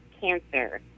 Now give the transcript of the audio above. cancer